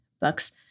books